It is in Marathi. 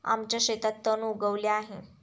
आमच्या शेतात तण उगवले आहे